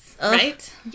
Right